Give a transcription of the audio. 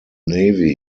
navy